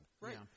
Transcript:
Right